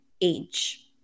age